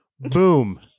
boom